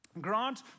grant